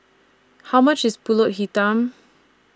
How much IS Pulut Hitam